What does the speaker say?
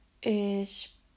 ich